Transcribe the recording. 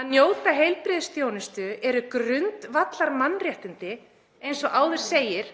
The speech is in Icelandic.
„Að njóta heilbrigðisþjónustu eru grundvallarmannréttindi eins og áður segir